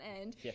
end